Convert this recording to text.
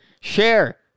Share